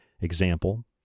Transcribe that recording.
example